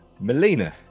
Melina